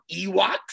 Ewoks